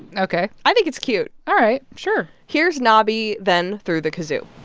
and ok i think it's cute all right. sure here's knobi then through the kazoo